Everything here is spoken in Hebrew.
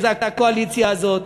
הקואליציה הזאת.